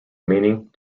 meaning